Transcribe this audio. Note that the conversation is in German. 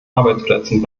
arbeitsplätzen